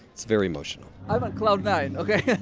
it's very emotional i'm on cloud nine, ok?